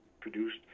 produced